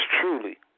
truly